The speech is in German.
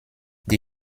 die